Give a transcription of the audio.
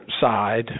side